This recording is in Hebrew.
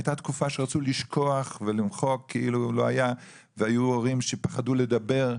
הייתה תקופה שרצו לשכוח ולמחוק כאילו לא היה והיו הורים שפחדו לדבר,